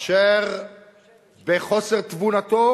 אשר בחוסר תבונתו